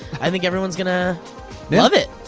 i think everyone's gonna love it.